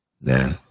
Nah